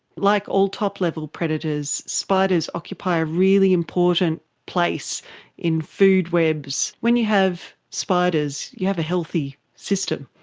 like all top-level predators, spiders occupy a really important place in food webs. when you have spiders, you have a healthy system.